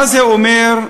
מה זה אומר שהממשלה,